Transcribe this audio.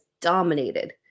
dominated